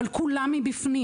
אבל כולם מבפנים.